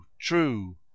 true